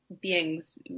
beings